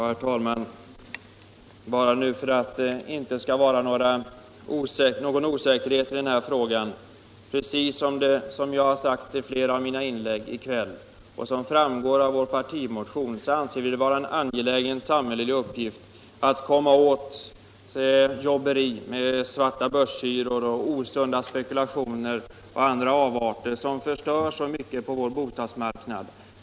Herr talman! För att det inte skall råda någon osäkerhet i den här frågan vill jag upprepa vad jag har sagt i flera av mina inlägg här i kväll och vad som också framförs i vår partimotion, att vi anser det vara en angelägen samhällelig uppgift att komma åt jobberiet med svartabörshyror, osunda spekulationer och andra avarter, som förstör så mycket på vår bostadsmarknad.